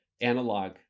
analog